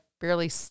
barely